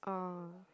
oh